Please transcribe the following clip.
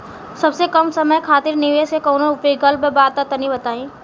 सबसे कम समय खातिर निवेश के कौनो विकल्प बा त तनि बताई?